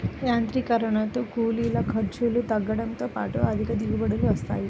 యాంత్రీకరణతో కూలీల ఖర్చులు తగ్గడంతో పాటు అధిక దిగుబడులు వస్తాయి